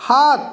সাত